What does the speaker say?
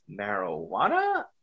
marijuana